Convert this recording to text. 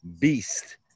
Beast